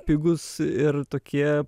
pigūs ir tokie